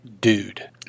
dude